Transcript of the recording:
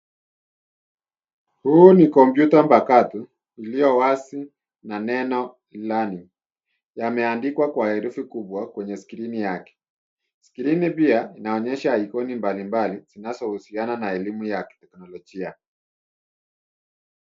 Huu ni kompyuta mpakato, ulio wazi na neno LEARNING , yameandikwa kwa herufi kubwa, kwenye skrini yake. Skrini pia, inaonyesha ikoni mbalimbali, zinazohusiana na elimu ya kiteknolojia.